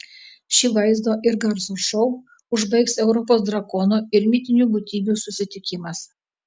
šį vaizdo ir garso šou užbaigs europos drakonų ir mitinių būtybių susitikimas